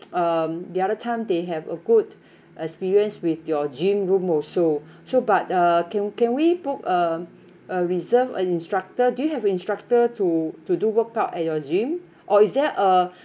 um the other time they have a good experience with your gym room also so but uh can can we book um a reserve an instructor do you have instructor to to do workout at your gym or is there a